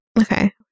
Okay